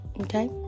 okay